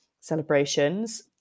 celebrations